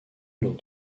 lors